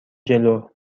جلو